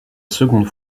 seconde